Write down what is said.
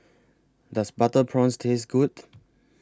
Does Butter Prawns Taste Good